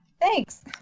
Thanks